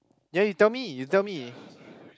ya you tell me you tell me